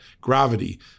gravity